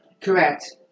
Correct